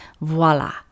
Voila